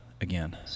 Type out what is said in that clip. again